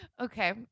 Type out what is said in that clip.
okay